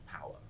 power